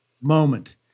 moment